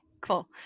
cool